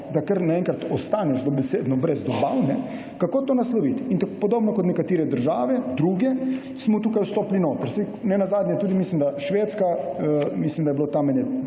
in kar naenkrat ostaneš dobesedno brez dobav, kako to nasloviti. Podobno kot nekatere druge države smo tukaj vstopili notri. Nenazadnje tudi Švedska, mislim, da je bilo tam